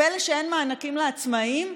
פלא שאין מענקים לעצמאים?